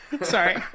Sorry